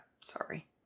sorry